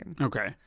okay